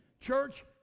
church